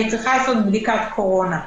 אני צריכה לעשות בדיקת קורונה.